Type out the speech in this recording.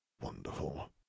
Wonderful